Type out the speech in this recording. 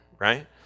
right